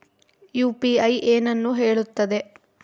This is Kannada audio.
ಯು.ಪಿ.ಐ ಏನನ್ನು ಹೇಳುತ್ತದೆ?